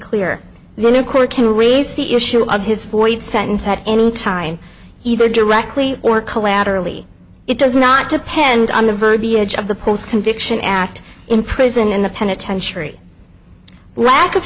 clear the new court can raise the issue of his voice sentence at any time either directly or collaterally it does not depend on the verbiage of the post conviction act in prison in the penitentiary rack of